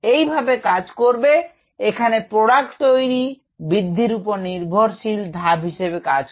এইভাবে কাজ করবে এখানে প্রোডাক্ট তৈরি বৃদ্ধির উপর নির্ভরশীল ধাপ হিসেবে কাজ করে